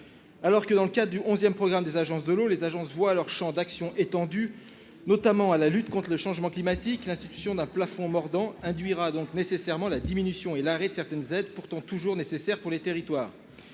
Alors que, dans le cadre du onzième programme des agences de l'eau, celles-ci voient leur champ d'action étendu notamment à la lutte contre le changement climatique, l'institution d'un plafond mordant induira nécessairement la diminution et l'arrêt de certaines aides, pourtant toujours nécessaires pour les territoires.